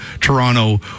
Toronto